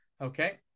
Okay